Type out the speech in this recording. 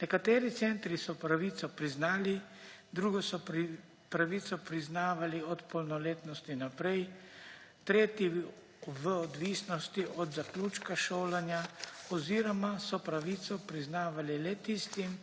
Nekateri centri so pravico priznali, drugi so pravico priznavali od polnoletnosti naprej, tretji v odvisnosti od zaključka šolanja oziroma so pravico priznavali le tistim,